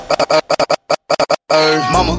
Mama